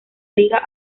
liga